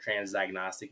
transdiagnostic